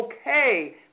okay